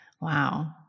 Wow